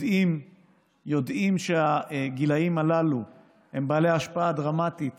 יודעים שבגילים הללו יש השפעה דרמטית